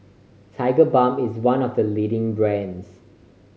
Tigerbalm is one of the leading brands